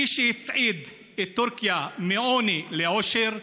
מי שהצעיד את טורקיה מעוני לעושר,